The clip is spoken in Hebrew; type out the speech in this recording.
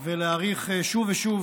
ולהאריך שוב ושוב